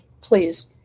Please